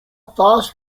fast